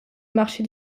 marché